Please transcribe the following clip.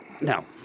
no